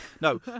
No